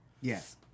Yes